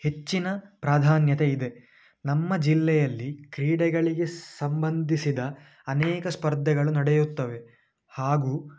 ಹೆಚ್ಚಿನ ಪ್ರಾಧಾನ್ಯತೆ ಇದೆ ನಮ್ಮ ಜಿಲ್ಲೆಯಲ್ಲಿ ಕ್ರೀಡೆಗಳಿಗೆ ಸಂಬಂಧಿಸಿದ ಅನೇಕ ಸ್ಪರ್ಧೆಗಳು ನಡೆಯುತ್ತವೆ ಹಾಗೂ